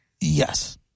Yes